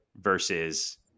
versus